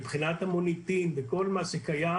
מבחינת המוניטין וכל מה שקיים